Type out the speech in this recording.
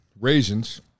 raisins